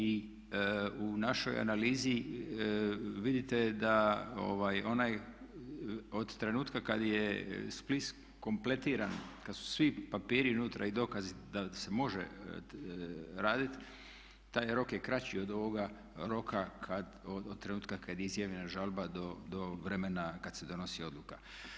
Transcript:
I u našoj analizi vidite da od trenutka kad je spis kompletiran, kad su svi papiri unutra i dokazi da se može raditi taj rok je kraći od ovoga roka od trenutka kad je izjavljena žalba do vremena kad se donosi odluka.